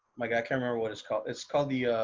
like, i can't remember what it's called, it's called the